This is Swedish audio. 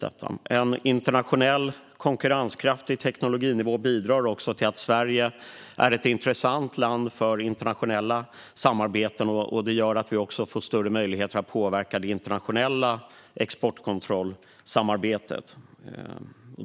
En internationellt konkurrenskraftig teknologinivå bidrar även till att Sverige är ett intressant land för internationella samarbeten. Det gör att vi också får större möjligheter att påverka det internationella exportkontrollsamarbetet.